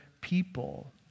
people